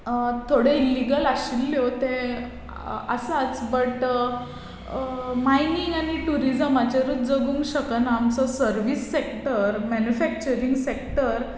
थोड्यो इल्लिगल आशिल्ल्यो तें आसाच बट मायनींग आनी टुरिजमाचेरूच जगूंक शकना आमचो सर्वीस सॅक्टर मॅनुफॅक्चरींग सॅक्टर